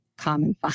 common